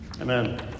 Amen